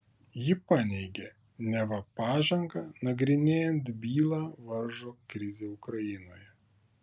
ji paneigė neva pažangą nagrinėjant bylą varžo krizė ukrainoje